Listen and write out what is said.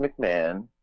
McMahon